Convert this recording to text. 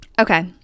okay